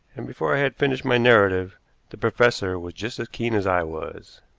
and before i had finished my narrative the professor was just as keen as i was.